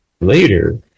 Later